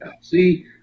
See